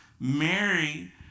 Mary